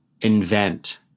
invent